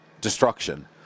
destruction